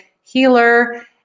healer